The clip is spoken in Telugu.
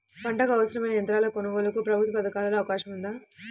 పంటకు అవసరమైన యంత్రాల కొనగోలుకు ప్రభుత్వ పథకాలలో అవకాశం ఉందా?